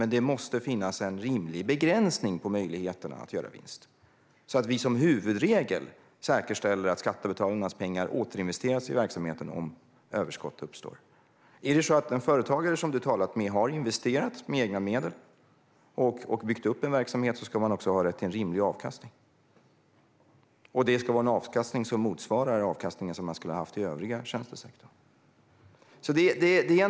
Men det måste finnas en rimlig begränsning av möjligheterna att göra vinst, så att vi som huvudregel säkerställer att skattebetalarnas pengar återinvesteras i verksamheten om överskott uppstår. Om den företagare som Larry Söder har pratat med har investerat egna medel och byggt upp en verksamhet ska hon också ha rätt till rimlig avkastning. Och det ska vara en avkastning som motsvarar den i övriga tjänstesektorn.